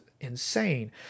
insane